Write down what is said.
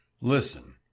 Listen